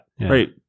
Right